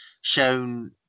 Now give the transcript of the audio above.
shown